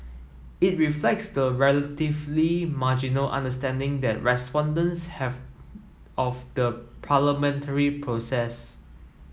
it reflects the relatively marginal understanding that respondents have of the parliamentary process